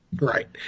Right